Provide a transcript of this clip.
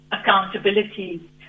accountability